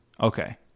Okay